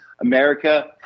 America